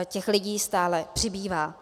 Těch lidí stále přibývá.